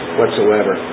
whatsoever